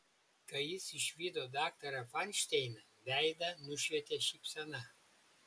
kai jis išvydo daktarą fainšteiną veidą nušvietė šypsena